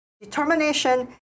determination